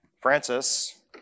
Francis